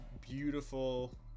beautiful